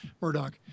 Murdoch